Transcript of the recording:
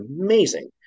amazing